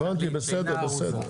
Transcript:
הבנתי, בסדר.